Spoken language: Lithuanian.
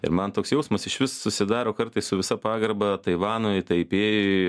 ir man toks jausmas išvis susidaro kartais su visa pagarba taivanui taipėjui